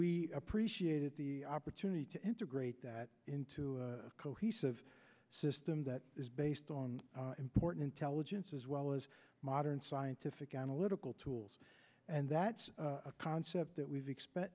we appreciated the opportunity to integrate that into a cohesive system that is based on important intelligence as well as modern scientific analytical tools and that's a concept that we expect